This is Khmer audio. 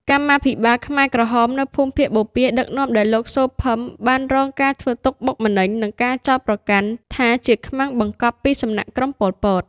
កម្មាភិបាលខ្មែរក្រហមនៅភូមិភាគបូព៌ាដឹកនាំដោយលោក សូ ភឹម បានរងការធ្វើទុក្ខបុកម្នេញ និងការចោទប្រកាន់ថាជាខ្មាំងបង្កប់ពីសំណាក់ក្រុម ប៉ុល ពត។